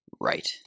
Right